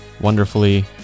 wonderfully